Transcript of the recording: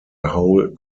whole